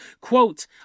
Quote